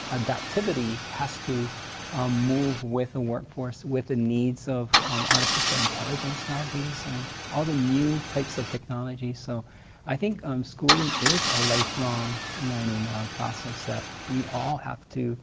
adaptivity has to move with the workforce, with the needs of artificial intelligence nowadays and all the new types of technology. so i think um schooling is a lifelong learning process that we all have to